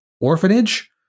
orphanage